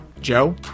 Joe